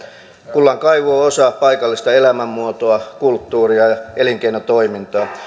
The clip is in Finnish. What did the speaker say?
kullankaivuu on osa paikallista elämänmuotoa kulttuuria ja elinkeinotoimintaa